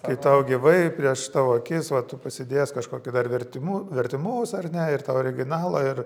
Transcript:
kai tau gyvai prieš tavo akis va tu pasidėjęs kažkokį dar vertimu vertimus ar ne ir tą originalą ir